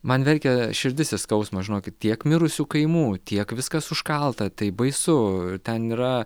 man verkė širdis iš skausmo žinokit tiek mirusių kaimų tiek viskas užkalta taip baisu ten yra